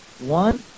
One